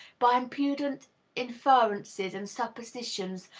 by impudent inferences and suppositions,